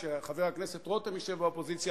כשחבר הכנסת רותם ישב באופוזיציה,